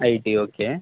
IT okay